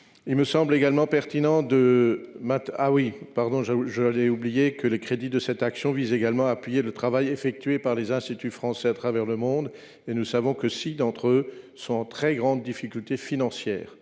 au plus haut sommet de l’État. Les crédits de cette action visent également à appuyer le travail effectué par les Instituts français à travers le monde. Or nous savons que six d’entre eux sont en très grande difficulté financière.